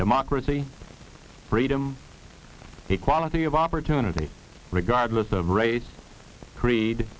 democracy freedom equality of opportunity regardless of race creed